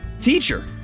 teacher